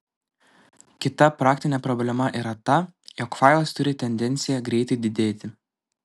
kita praktinė problema yra ta jog failas turi tendenciją greitai didėti